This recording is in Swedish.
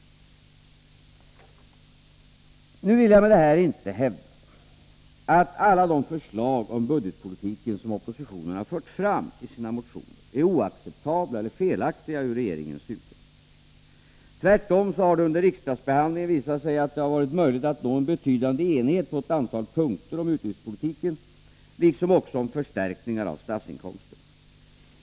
Nu vill jag med det här inte hävda att alla de förslag om budgetpolitiken som oppositionen har fört fram i sina motioner är oacceptabla eller felaktiga ur regeringens synpunkt. Tvärtom har det under riksdagsbehandlingen visat sig att det varit möjligt att nå en betydande enighet på ett antal punkter om utgiftspolitiken liksom också om förstärkningar av statsinkomsterna.